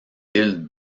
îles